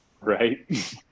right